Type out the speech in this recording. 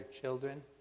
children